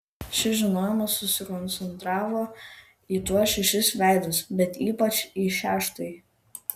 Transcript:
šis žinojimas susikoncentravo į tuos šešis veidus bet ypač į šeštąjį